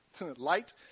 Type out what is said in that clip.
light